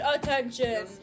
Attention